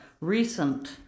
recent